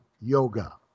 yoga